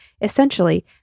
Essentially